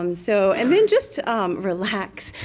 um so, and then just relax!